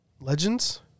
Legends